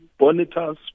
Bonitas